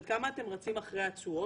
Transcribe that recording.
עד כמה אתם רצים אחרי התשואות?